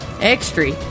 extra